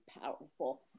powerful